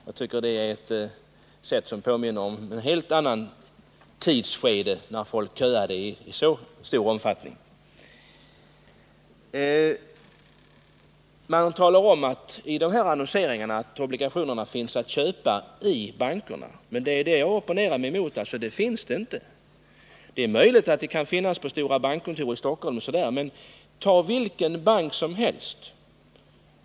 Jag tycker det är något som påminner om ett helt annat tidsskede, när folk måste köa i så stor omfattning. Vid de här annonseringarna talas det om att obligationerna finns att köpa i bankerna. Det är det jag opponerar mig mot, för där finns de inte. Det är möjligt att de kan finnas på stora bankkontor i Stockholm, men ta vilken annan bank som helst och försök köpa obligationer där!